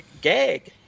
gag